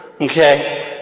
Okay